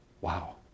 Wow